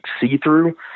see-through